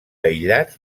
aïllats